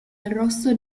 arrosto